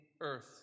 earth